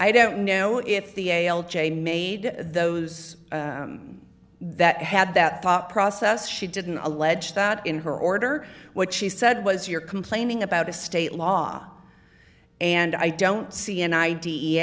i don't know if the a l j made those that had that thought process she didn't allege that in her order what she said was you're complaining about a state law and i don't see an i